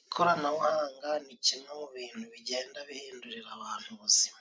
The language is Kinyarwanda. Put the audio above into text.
Ikoranabuhanga ni kimwe mu bintu bigenda bihindurira abantu ubuzima.